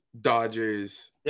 Dodgers